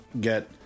get